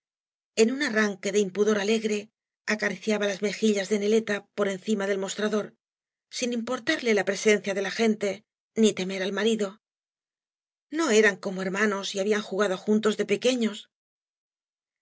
en un arranque de impudor alegre acariciaba las mejillas de neleta por encima del mostrador sin importarle la presencia de la gente ni temer al marido no eran como hermanos y babian jugado juntos de pequeños el